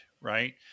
Right